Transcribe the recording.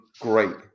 great